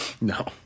No